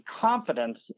confidence